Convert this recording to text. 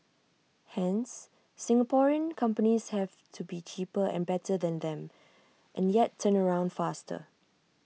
hence Singaporean companies have to be cheaper and better than them and yet turnaround faster